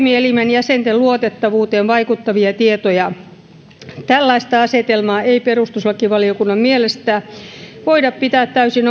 jäsenten luotettavuuteen vaikuttavia tietoja tällaista asetelmaa ei perustuslakivaliokunnan mielestä voida pitää täysin